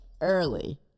early